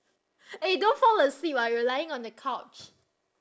eh don't fall asleep ah you're lying on the couch